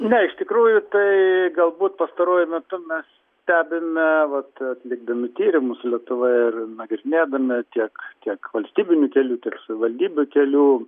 ne iš tikrųjų tai galbūt pastaruoju metu mes stebime vat atlikdami tyrimus lietuvoje ir nagrinėdami tiek kiek valstybinių kelių tiek savivaldybių kelių